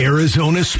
Arizona